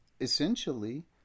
essentially